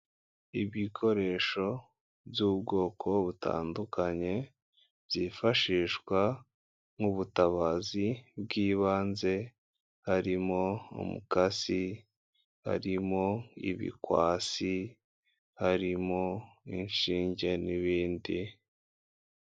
Ibikoresho by'ubwoko butandukanye byifashishwa mu ubutabazi bw'ibanze harimo umukasi, harimo ibikwasi, harimo inshinge n'ibindi.